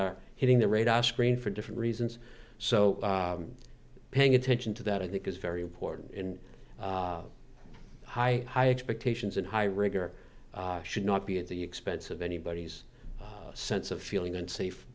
are hitting the radar screen for different reasons so paying attention to that i think is very important in high high expectations and high rigor should not be at the expense of anybody's sense of feeling unsafe